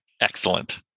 Excellent